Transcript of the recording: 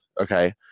Okay